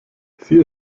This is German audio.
sie